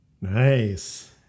Nice